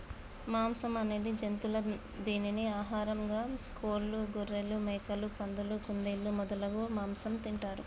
మాంసం అనేది జంతువుల దీనిని ఆహారంగా కోళ్లు, గొఱ్ఱెలు, మేకలు, పందులు, కుందేళ్లు మొదలగు మాంసం తింటారు